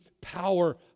power